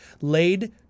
Laid